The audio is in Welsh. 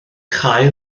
chau